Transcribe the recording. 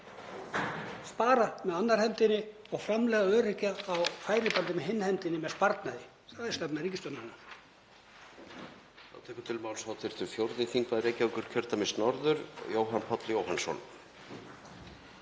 Spara með annarri hendinni og framleiða öryrkja á færibandi með hinni hendinni með sparnaði. Það er stefna ríkisstjórnarinnar.